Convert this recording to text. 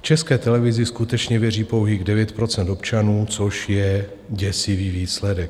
České televizi skutečně věří pouhých 9 % občanů, což je děsivý výsledek.